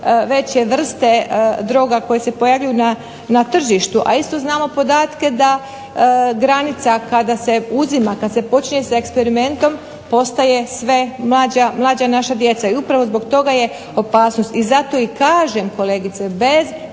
veće vrste droga koje se pojavljuju na tržištu. A isto znamo podatke da granica kada se uzima, kad se počinje s eksperimentom postaje sve mlađa, mlađa naša djeca i upravo zbog toga je opasnost. I zato i kažem kolegice, bez